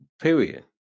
Period